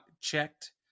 checked